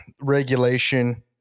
regulation